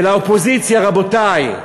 ולאופוזיציה, רבותי,